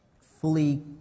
fully